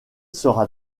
sera